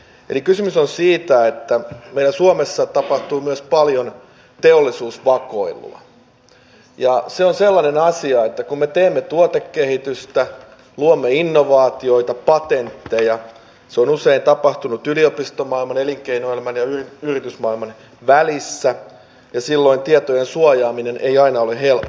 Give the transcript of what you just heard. kysymys on siitä että meillä suomessa tapahtuu paljon myös teollisuusvakoilua ja se on sellainen asia että kun me teemme tuotekehitystä luomme innovaatioita patentteja se on usein tapahtunut yliopistomaailman elinkeinoelämän ja yritysmaailman välissä ja silloin tietojen suojaaminen ei aina ole helppoa